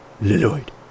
lloyd